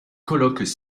colloques